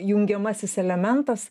jungiamasis elementas